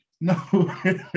No